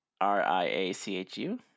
R-I-A-C-H-U